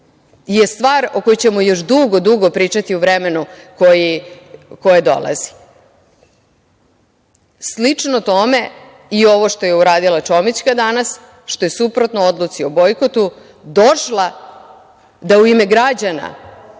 je stvar o kojoj ćemo još dugo dugo pričati u vremenu koje dolazi. Slično tome i ovo što je uradila Čomićka danas, što je suprotno odluci o bojkotu, došla da u ime građana